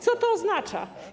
Co to oznacza?